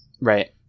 Right